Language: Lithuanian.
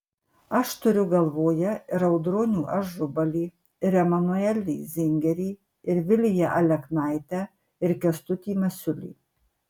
aš turiu galvoje ir audronių ažubalį ir emanuelį zingerį ir viliją aleknaitę ir kęstutį masiulį